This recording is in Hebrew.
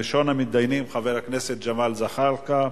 ראשון המתדיינים, חבר הכנסת ג'מאל זחאלקה.